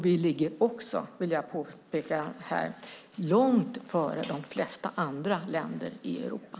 Vi ligger också, vill jag påpeka här, långt före de flesta andra länder i Europa.